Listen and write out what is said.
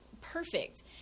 perfect